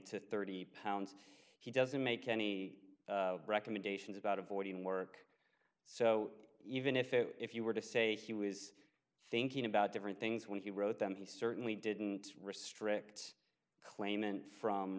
to thirty pounds he doesn't make any recommendations about avoiding work so even if if you were to say he was thinking about different things when he wrote them he certainly didn't restrict claimant from